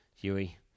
Huey